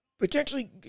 Potentially